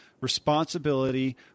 responsibility